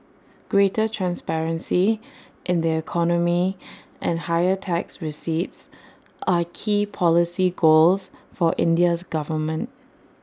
greater transparency in the economy and higher tax receipts are key policy goals for India's government